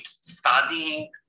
studying